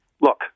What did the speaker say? look